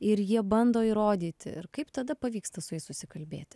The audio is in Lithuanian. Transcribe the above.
ir jie bando įrodyti ir kaip tada pavyksta su jais susikalbėti